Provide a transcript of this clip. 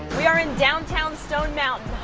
we are in downtown stone mountain,